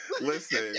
Listen